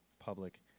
public